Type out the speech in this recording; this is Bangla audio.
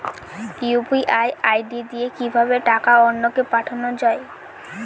ইউ.পি.আই আই.ডি দিয়ে কিভাবে টাকা অন্য কে পাঠানো যায়?